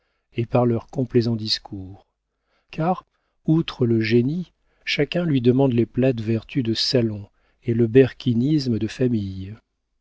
et par leurs complaisants discours car outre le génie chacun lui demande les plates vertus de salon et le berquinisme de famille